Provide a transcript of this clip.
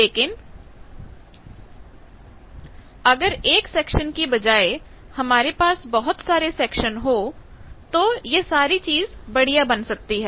लेकिन अगर एक शिक्षण की बजाय हमारे पास बहुत सारे सेक्शन हो तो यह सारी चीज बढ़िया बन सकती है